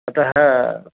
अतः